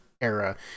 era